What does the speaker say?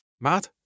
Mad